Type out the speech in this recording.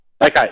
Okay